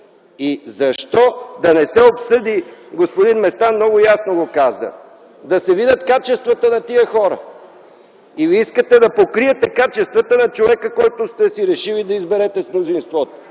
Защо да не се обсъди, господин Местан много ясно го каза, да се видят качествата на тези хора? Или искате да покриете качествата на човека, който сте си решили да изберете от мнозинството?